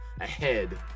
ahead